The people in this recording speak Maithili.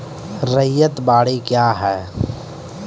रैयत बाड़ी क्या हैं?